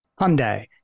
Hyundai